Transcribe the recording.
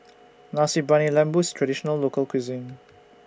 Nasi Briyani Lembu IS A Traditional Local Cuisine